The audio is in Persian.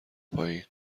پایین